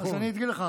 אגיד לך.